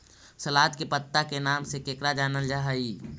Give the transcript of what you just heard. सलाद के पत्ता के नाम से केकरा जानल जा हइ?